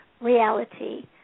reality